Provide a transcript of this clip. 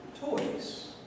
toys